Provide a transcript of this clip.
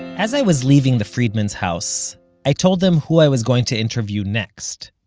as i was leaving the friedmans' house i told them who i was going to interview next.